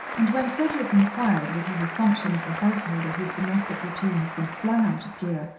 and when cedric inquired, with his assumption of the householder whose domestic routine has been flung out of gear,